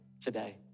today